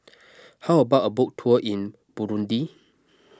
how about a boat tour in Burundi